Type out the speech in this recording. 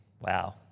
wow